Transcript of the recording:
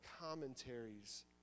commentaries